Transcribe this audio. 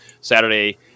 Saturday